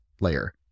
layer